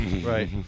Right